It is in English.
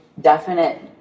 definite